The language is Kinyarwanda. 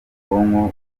ubwonko